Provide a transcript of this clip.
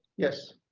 yes.